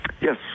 Yes